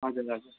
हजुर हजुर